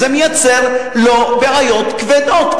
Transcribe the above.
זה מייצר לו בעיות כבדות,